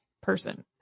person